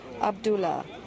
Abdullah